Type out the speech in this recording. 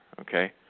Okay